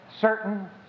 certain